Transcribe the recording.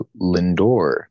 Lindor